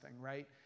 right